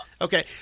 Okay